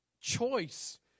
choice